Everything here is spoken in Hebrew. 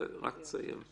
תסיים.